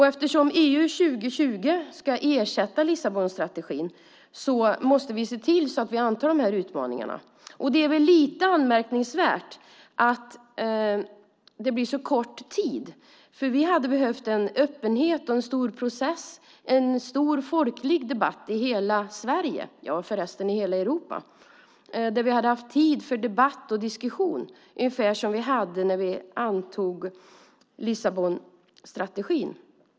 Eftersom EU 2020 ska ersätta Lissabonstrategin måste vi se till att anta dessa utmaningar. Det är anmärkningsvärt att vi får så kort tid på oss. Vi hade behövt en öppenhet och tid för debatt och diskussion i hela Sverige, ja, i hela Europa på samma sätt som vi hade när vi antog Lissabonstrategin.